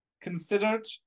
considered